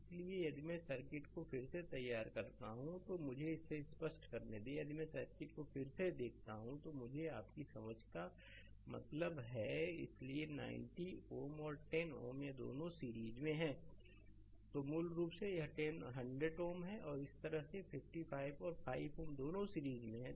इसलिए यदि मैं सर्किट को फिर से तैयार करता हूं तो मुझे इसे स्पष्ट करने दें यदि मैं सर्किट को फिर से देखता हूं तो मुझे आपकी समझ का मतलब है इसलिए 90 Ω और 10 Ω यह दोनों सीरीज में हैं स्लाइड समय देखें 2121 तो मूल रूप से यह 100 Ω है और इसी तरह 55 और 5 Ω दोनों सीरीज में हैं